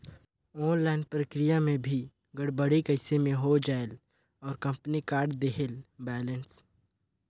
Online प्रक्रिया मे भी गड़बड़ी कइसे मे हो जायेल और कंपनी काट देहेल बैलेंस?